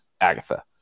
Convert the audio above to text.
Agatha